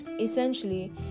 essentially